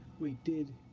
wait. did.